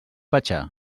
pachá